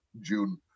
June